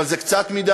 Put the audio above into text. אבל זה מעט מדי,